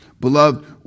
Beloved